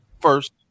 First